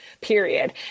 period